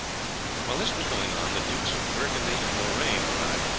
while this was going on the dukes of burgundy and lorraine arrived,